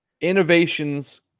Innovations